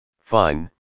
Fine